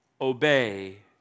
obey